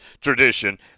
tradition